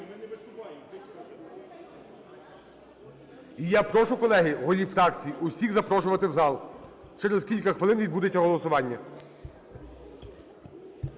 І я прошу, колеги, голів фракцій усіх запрошувати в зал. Через кілька хвилин відбудеться голосування.